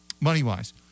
money-wise